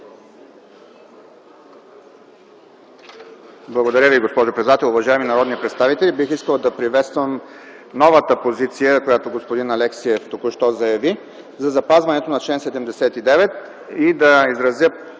Благодаря Ви, госпожо председател. Уважаеми народни представители, бих искал да приветствам новата позиция, която господин Алексиев току-що заяви, за запазването на чл. 79, и да изразя